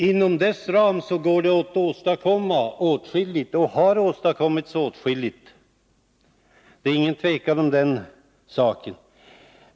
Inom regionalpolitikens ram går det att åstadkomma åtskilligt och har åstadkommits åtskilligt — det är inget tvivel om den saken.